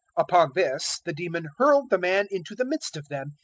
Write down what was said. upon this, the demon hurled the man into the midst of them,